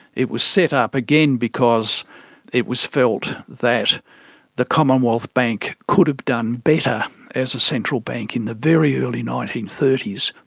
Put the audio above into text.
it was set up, again because it was felt that the commonwealth bank could have done better as a central bank in the very early nineteen thirty s.